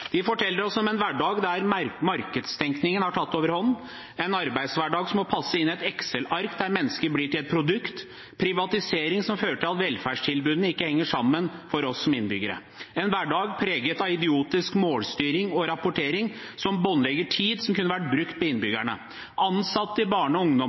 De forteller oss om en hverdag der markedstenkningen har tatt overhånd, en arbeidshverdag som må passe inn i et Excel-ark der mennesker blir et produkt, om privatisering som fører til at velferdstilbudene ikke henger sammen for oss som innbyggere, en hverdag preget av idiotisk målstyring og rapportering som båndlegger tid som kunne vært brukt på innbyggerne. De ansatte i barne- og